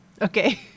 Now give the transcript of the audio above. Okay